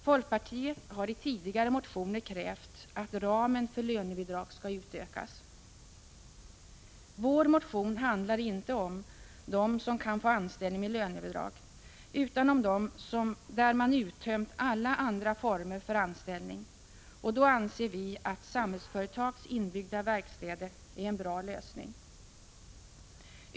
Folkpartiet har i tidigare motioner krävt att ramen för lönebidrag skall utökas. Vår motion handlar inte om dem som kan få anställning med lönebidrag utan om dem där man uttömt alla andra former för anställning. Och då anser vi att Samhällsföretags inbyggda verkstäder är en bra lösning.